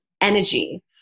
energy